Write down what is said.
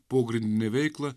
pogrindinę veiklą